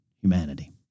humanity